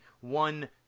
one